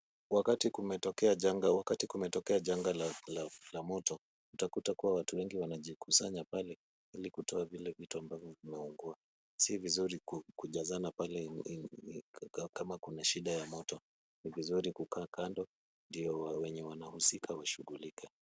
Wakati kumetokea janga la moto, utakuta kuwa watu wengi wanajikusanya pale, ili kutoa vitu ambavyo vimeungua. Si vizuri kujazana pale kama kuna shida ya moto. Ni vizuri kukaa kando ndio wenye wanahusika washughulike.